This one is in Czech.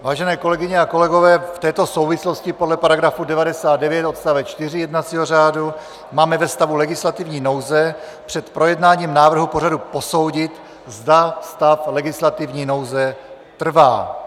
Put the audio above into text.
Vážené kolegyně a kolegové, v této souvislosti podle § 99 odst. 4 jednacího řádu máme ve stavu legislativní nouze před projednáním návrhu pořadu posoudit, zda stav legislativní nouze trvá.